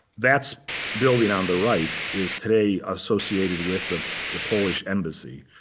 that's building on the right is today associated with the the polish embassy.